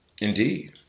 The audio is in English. Indeed